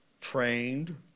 trained